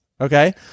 Okay